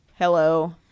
Hello